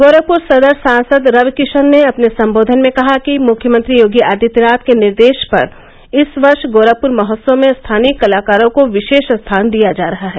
गोरखपुर सदर सांसद रविकिशन ने अपने संबोधन में कहा कि मुख्यमंत्री योगी आदित्यनाथ के निर्देश पर इस वर्ष गोरखपुर महोत्सव में स्थानीय कलाकारों को विशेष स्थान दिया जा रहा है